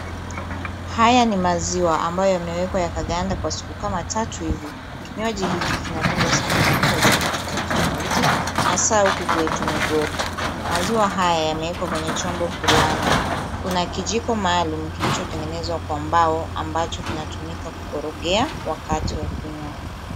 Haya ni maziwa ambayo yamewekwa yakaganda kwa siku kama tatu hivi. Kinywaji hiki kinapendwa sana na watu wa jamii tofauti tofauti hasa huku kwetu Migori. Maziwa haya yamewekwa kwenye chombo fulani. Kuna kijiko maalum kilichotengenezwa kwa mbao ambacho kinatumika kukorogea wakati wa kunywa.